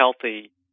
healthy